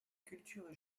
culture